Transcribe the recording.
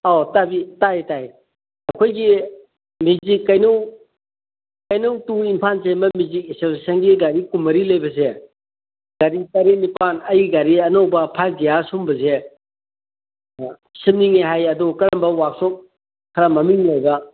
ꯑꯣ ꯇꯥꯏ ꯇꯥꯏ ꯑꯩꯈꯣꯏꯒꯤ ꯃꯦꯖꯤꯛ ꯀꯩꯅꯧ ꯀꯩꯅꯧ ꯇꯨ ꯏꯝꯐꯥꯜ ꯆꯦꯟꯕ ꯃꯦꯖꯤꯛ ꯑꯦꯁꯣꯁꯦꯁꯟꯒꯤ ꯒꯥꯔꯤ ꯀꯨꯟꯃꯔꯤ ꯂꯩꯕꯁꯦ ꯒꯥꯔꯤ ꯇꯔꯦꯠ ꯅꯤꯄꯥꯜ ꯑꯩꯒꯤ ꯒꯥꯔꯤ ꯑꯅꯧꯕ ꯐꯥꯏꯕ ꯒꯤꯌꯥꯔ ꯁꯤꯒꯨꯝꯕꯁꯦ ꯁꯦꯝꯅꯤꯡꯉꯦ ꯍꯥꯏ ꯑꯗꯨ ꯀꯔꯝꯕ ꯋꯥꯛꯁꯣꯞ ꯈꯔ ꯃꯃꯤꯡ ꯂꯩꯕ